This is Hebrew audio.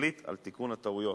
תחליט על תיקון הטעויות.